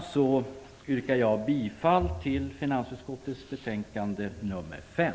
Jag yrkar bifall till finansutskottets hemställan i betänkande 5.